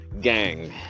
gang